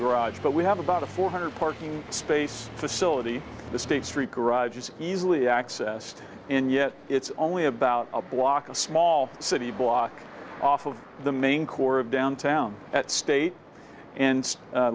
garage but we have about a four hundred parking space facility the state street garage is easily accessed and yet it's only about a block a small city block off of the main core of downtown at state and